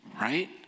right